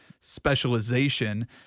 specialization